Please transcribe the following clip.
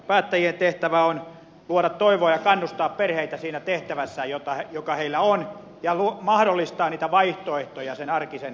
päättäjien tehtävä on luoda toivoa ja kannustaa perheitä siinä tehtävässä joka niillä on ja mahdollistaa niitä vaihtoehtoja sen arkisen elämän hoitamiseen